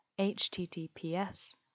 https